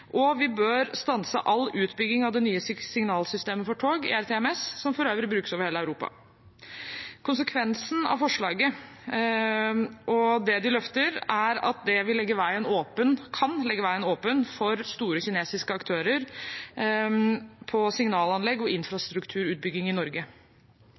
Og vi bør stanse all utbygging av det nye signalsystemet for tog, ERTMS, som for øvrig brukes over hele Europa. Konsekvensen av forslaget og det de løfter, er at det kan legge veien åpen for store kinesiske aktører på signalanlegg og